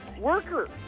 Worker